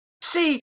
See